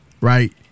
Right